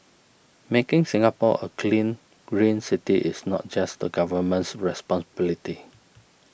making Singapore a clean green city is not just the Government's responsibility